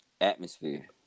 atmosphere